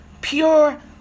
pure